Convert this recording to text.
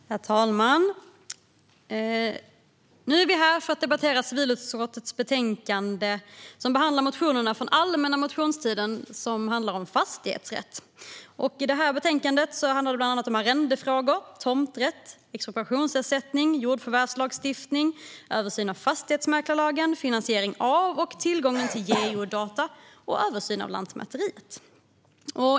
Herr talman! Vi är här för att debattera civilutskottets betänkande där motioner om fastighetsrätt från allmänna motionstiden behandlas. Betänkandet handlar bland annat om arrendefrågor, tomträtt, expropriationsersättning, jordförvärvslagstiftningen, översyn av fastighetsmäklarlagen, finansiering av och tillgång till geodata och översyn av Lantmäteriet.